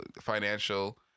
financial